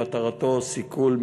ומטרתו סיכול,